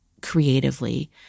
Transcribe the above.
creatively